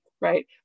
right